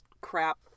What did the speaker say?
crap